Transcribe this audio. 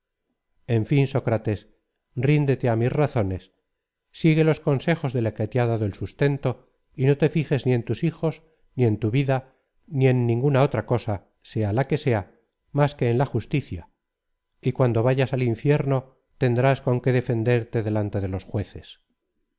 en fin sócrates ríndete á mis razones sigue los consejos de la que te ha dado el sustento y no te fijes ni en tus hijos ni en tu vida ni en ninguna otra cosa sea la que sea más que en la justicia y cuando vayas al infierno tendrás conque defenderte delante de los jueces